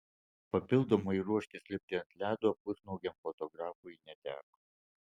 papildomai ruoštis lipti ant ledo pusnuogiam fotografui neteko